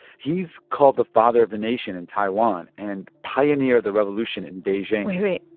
he's called the father of the nation in taiwan and pioneered the revolution in beijing wait.